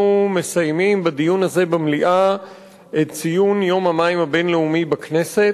אנחנו מסיימים בדיון הזה במליאה את ציון יום המים הבין-לאומי בכנסת.